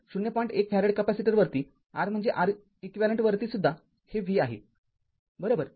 १ farad capacitor वरती R म्हणजे Req वरती सुद्धा हे v आहेबरोबर